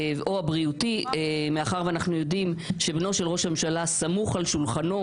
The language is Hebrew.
הבריאותי מאחר שאנחנו יודעים שבנו של ראש הממשלה סמוך על שולחנו.